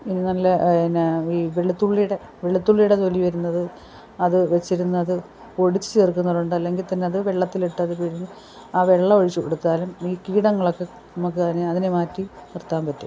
ഇനി നല്ല എന്നാൽ ഈ വെളുത്തുള്ളീടെ വെളുത്തുള്ളീടെ തൊലി വരുന്നതും അത് വെച്ചിരുന്നത് പൊടിച്ച് ചേർക്കുന്നവരുണ്ട് അല്ലെങ്കിത്തന്നെയത് വെള്ളത്തിലിട്ടത് പിഴിഞ്ഞ് ആ വെള്ളം ഒഴിച്ച് കൊടുത്താലും ഈ കീടങ്ങളൊക്കെ നമുക്കത് അതിനെ മാറ്റി നിർത്താൻ പറ്റും